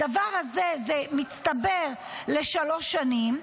הדבר הזה מצטבר לשלוש שנים.